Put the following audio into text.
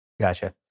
Gotcha